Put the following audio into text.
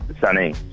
sunny